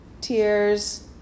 tears